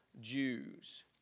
Jews